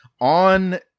on